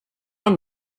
i’m